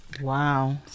Wow